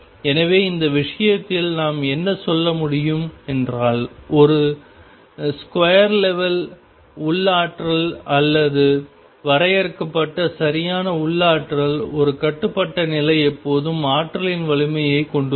எனவே இந்த விஷயத்தில் நாம் என்ன சொல்ல முடியும் என்றால் ஒரு ஸ்கொயர் வெல் உள்ளாற்றல் அல்லது வரையறுக்கப்பட்ட சரியான உள்ளாற்றல் ஒரு கட்டுப்பட்ட நிலை எப்போதும் ஆற்றலின் வலிமையைக் கொண்டுள்ளது